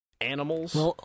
Animals